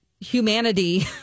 humanity